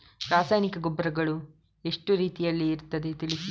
ರಾಸಾಯನಿಕ ಗೊಬ್ಬರಗಳು ಎಷ್ಟು ರೀತಿಯಲ್ಲಿ ಇರ್ತದೆ ತಿಳಿಸಿ?